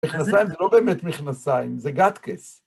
מכנסיים זה לא באמת מכנסיים, זה גטקס.